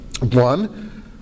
One